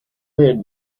lid